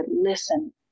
listen